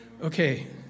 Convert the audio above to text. Okay